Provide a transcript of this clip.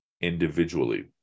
individually